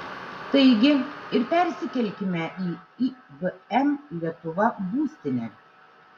taigi ir persikelkime į ibm lietuva būstinę